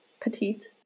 petite